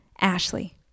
Ashley